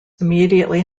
immediately